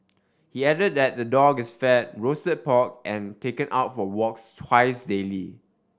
he added that the dog is fed roasted pork and taken out for walks twice daily